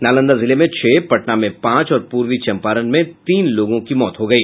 नालंदा जिले में छह पटना में पांच और पूर्वी चंपारण में तीन लोगों की मौत हो गयी